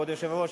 כבוד היושב-ראש,